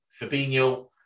Fabinho